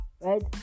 Right